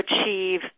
achieve